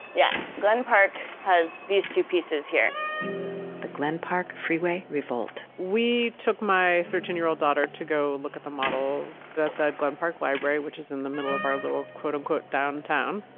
yeah. glen park has these two pieces here the glen park freeway revolt we took my thirteen year old daughter to go look at the model at the glen park library, which is in the middle of our little quote-unquote downtown.